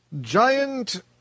giant